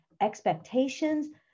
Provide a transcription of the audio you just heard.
Expectations